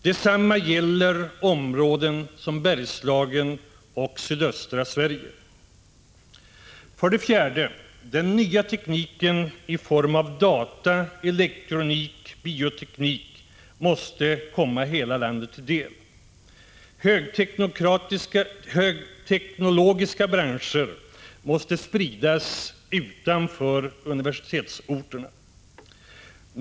Detsamma gäller områden som Bergslagen och sydöstra Sverige. 4. Den nya tekniken i form av data, elektronik och bioteknik måste komma hela landet till del. Högteknologiska branscher måste spridas utanför universitetsorterna.